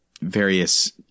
various